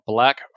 Black